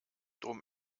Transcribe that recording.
drum